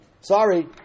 sorry